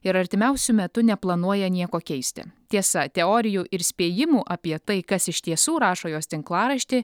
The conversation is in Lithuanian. ir artimiausiu metu neplanuoja nieko keisti tiesa teorijų ir spėjimų apie tai kas iš tiesų rašo jos tinklaraštį